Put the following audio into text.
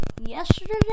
Yesterday